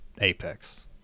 Apex